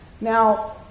Now